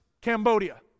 Cambodia